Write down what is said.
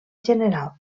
general